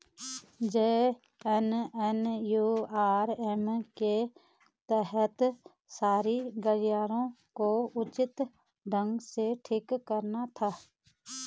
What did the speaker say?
JNNURM के तहत शहरी गलियारों को उचित ढंग से ठीक कराना था